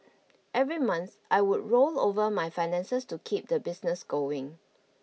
every month I would roll over my finances to keep the business going